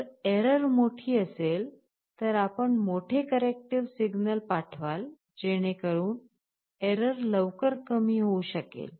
जर error मोठी असेल तर आपण मोठे corrective सिग्नल पाठवाल जेणेकरून error लवकर कमी होऊ शकेल